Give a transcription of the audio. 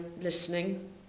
listening